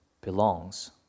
belongs